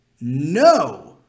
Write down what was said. no